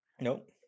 nope